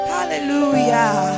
Hallelujah